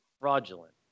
Fraudulent